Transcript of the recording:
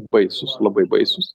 baisūs labai baisūs